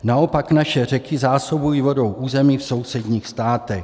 Naopak, naše řeky zásobují vodou území v sousedních státech.